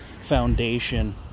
foundation